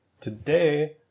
Today